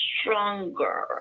stronger